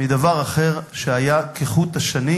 מדבר אחר, שהיה כחוט השני,